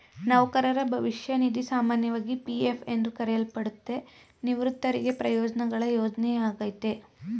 ನೌಕರರ ಭವಿಷ್ಯ ನಿಧಿ ಸಾಮಾನ್ಯವಾಗಿ ಪಿ.ಎಫ್ ಎಂದು ಕರೆಯಲ್ಪಡುತ್ತೆ, ನಿವೃತ್ತರಿಗೆ ಪ್ರಯೋಜ್ನಗಳ ಯೋಜ್ನೆಯಾಗೈತೆ